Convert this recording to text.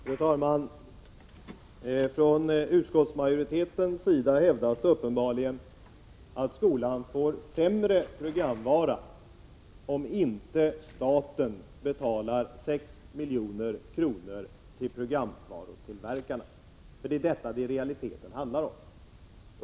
Fru talman! Från utskottsmajoritetens sida hävdas uppenbarligen att skolan får en sämre programvara, om staten inte betalar 6 milj.kr. till programvarutillverkarna. Men det är inte detta som är förslagets verkliga innebörd.